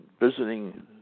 visiting